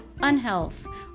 unhealth